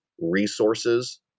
resources